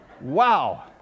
Wow